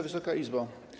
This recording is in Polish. Wysoka Izbo!